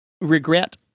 regret